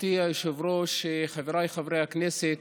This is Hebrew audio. גברתי היושב-ראש, חבריי חברי הכנסת,